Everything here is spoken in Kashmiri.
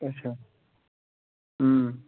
اچھا